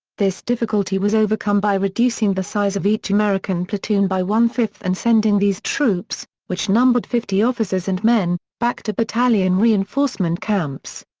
this difficulty was overcome by reducing the size of each american platoon by one-fifth and sending these troops, which numbered fifty officers and men, back to battalion reinforcement camps.